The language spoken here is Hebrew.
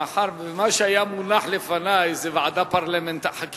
מאחר שמה שהיה מונח לפני זה ועדת חקירה